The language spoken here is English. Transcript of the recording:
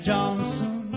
Johnson